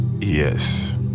yes